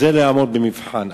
זה לא יעמוד במבחן.